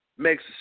makes